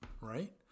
right